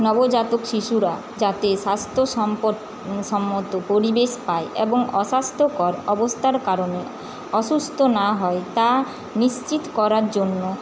নবজাতক শিশুরা যাতে স্বাস্থ্য সম্পর সম্মত পরিবেশ পায় এবং অস্বাস্থ্যকর অবস্থার কারণে অসুস্থ না হয় তা নিশ্চিত করার জন্য